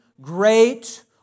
great